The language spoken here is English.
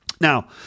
Now